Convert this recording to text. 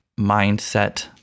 mindset